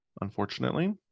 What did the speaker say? unfortunately